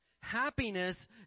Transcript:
Happiness